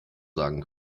sagen